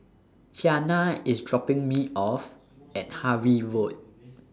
Qiana IS dropping Me off At Harvey Road